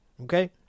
okay